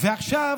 ועכשיו,